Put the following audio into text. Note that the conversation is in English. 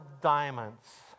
diamonds